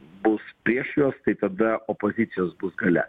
bus prieš juos tai tada opozicijos bus gale